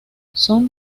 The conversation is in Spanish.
son